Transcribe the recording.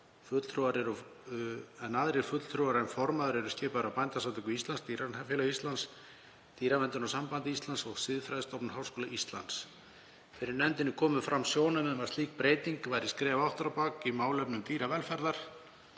en aðrir fulltrúar en formaður eru skipaðir af Bændasamtökum Íslands, Dýralæknafélagi Íslands, Dýraverndunarsambandi Íslands og Siðfræðistofnun Háskóla Íslands. Fyrir nefndinni komu fram sjónarmið um að slík breyting væri skref aftur á bak í málefnum dýravelferðar